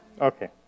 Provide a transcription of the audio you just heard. Okay